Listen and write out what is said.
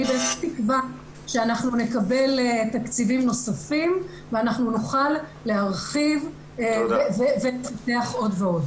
בתקווה שאנחנו נקבל תקציבים נוספים ואנחנו נוכל להרחיב ולפתח עוד ועוד.